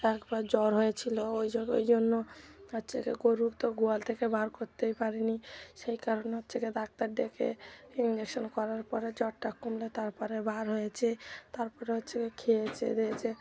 একবার জ্বর হয়েছিল ওই জো ওই জন্য হচ্ছে কি গরুর তো গোয়াল থেকে বার করতেই পারিনি সেই কারণে হচ্ছে কি ডাক্তার ডেকে ইঞ্জেকশন করার পরে জ্বরটা কমলে তার পরে বার হয়েছে তার পরে হচ্ছে খেয়েছে দেয়েছে